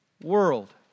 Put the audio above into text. world